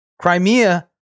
Crimea